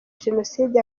jenoside